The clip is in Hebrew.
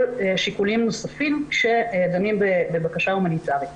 שינויים נוספים שדנים בבקשה הומניטרית.